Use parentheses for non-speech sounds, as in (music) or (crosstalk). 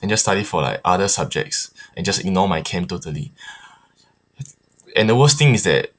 and just study for like other subjects and just ignore my chem totally (breath) and the worst thing is that